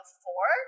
four